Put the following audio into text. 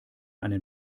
einen